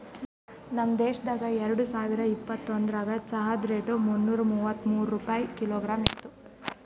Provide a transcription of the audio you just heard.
ನಮ್ ದೇಶದಾಗ್ ಎರಡು ಸಾವಿರ ಇಪ್ಪತ್ತೊಂದರಾಗ್ ಚಹಾದ್ ರೇಟ್ ಮುನ್ನೂರಾ ಮೂವತ್ಮೂರು ರೂಪಾಯಿ ಕಿಲೋಗ್ರಾಮ್ ಇತ್ತು